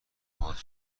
باهات